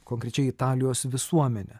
konkrečiai italijos visuomenė